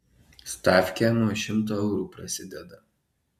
stafkė nuo šimto eurų prasideda